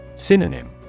Synonym